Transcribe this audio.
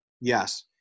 Yes